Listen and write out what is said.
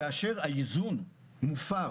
כאשר האיזון מופר